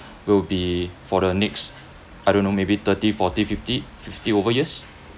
will be for the next I don't know maybe thirty forty fifty fifty over years